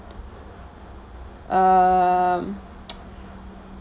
um